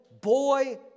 Boy